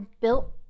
built